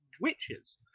witches